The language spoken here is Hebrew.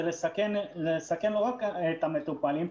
זה מסכן לא רק את המטופלים,